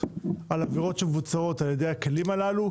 על עבירות שמבוצעות על ידי הכלים הללו.